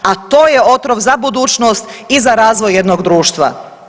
A to je otrov za budućnost i za razvoj jednog društva.